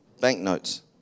banknotes